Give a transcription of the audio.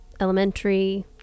elementary